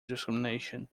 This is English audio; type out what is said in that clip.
discrimination